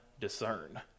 discern